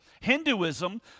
Hinduism